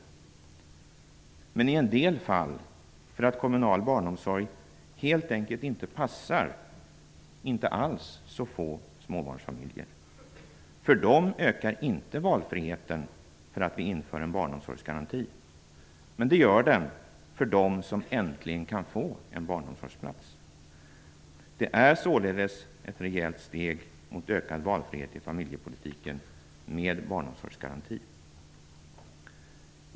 I en del fall beror det dock på att kommunal barnomsorg helt enkelt inte passar -- och det gäller inte så få småbarnsfamiljer. För dem ökar inte valfriheten för att vi inför en barnomsorgsgaranti, men det gör den för dem som äntligen kan få en barnomsorgsplats. En barnomsorgsgaranti är således ett rejält steg i familjepolitiken i riktning mot ökad valfrihet.